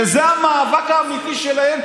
וזה המאבק האמיתי שלהם,